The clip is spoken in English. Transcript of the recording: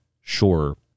sure